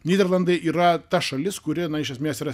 nyderlandai yra ta šalis kuri iš esmės yra